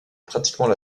pratiquement